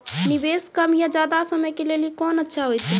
निवेश कम या ज्यादा समय के लेली कोंन अच्छा होइतै?